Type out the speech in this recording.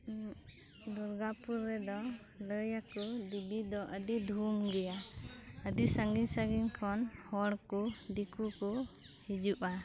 ᱫᱩᱨᱜᱟᱯᱩᱨ ᱨᱮᱫᱚ ᱞᱟᱹᱭᱟᱠᱚ ᱫᱮᱵᱤᱫᱚ ᱟᱹᱰᱤ ᱫᱷᱩᱢᱜᱮᱭᱟ ᱟᱹᱰᱤ ᱥᱟᱺᱜᱤᱧ ᱥᱟᱺᱜᱤᱧ ᱠᱷᱚᱱ ᱦᱚᱲᱠᱚ ᱫᱤᱠᱩᱠᱚ ᱦᱤᱡᱩᱜᱼᱟ